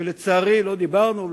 ולצערי לא דיברנו,